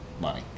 money